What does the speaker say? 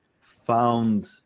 found